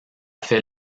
fait